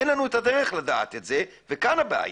אין לנו את הדרך לדעת את זה וכאן הבעיה.